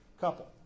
couple